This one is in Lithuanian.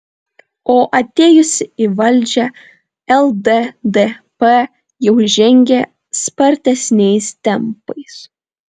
o atėjusi į valdžią lddp jau žengė spartesniais tempais